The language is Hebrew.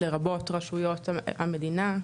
לרבות רשויות המדינה.